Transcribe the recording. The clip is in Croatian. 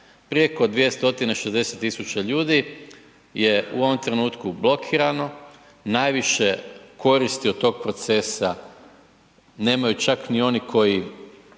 Preko 260 000 ljudi je u ovom trenutku blokirano, najviše koristi od tog procesa nemaju čak ni oni kojima